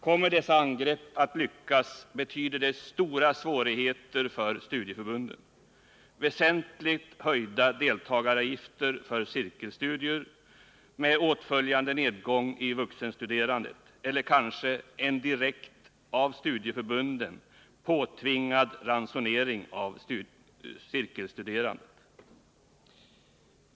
Kommer dessa angrepp att lyckas, betyder det stora svårigheter för studieförbunden, väsentligt höjda deltagaravgifter för cirkelstudier, med åtföljande nedgång i vuxenstuderandet, eller kanske en direkt, studieförbunden påtvingad ransonering av cirkelstuderandet.